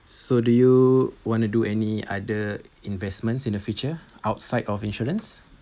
so do you want to do any other investments in the future outside of insurance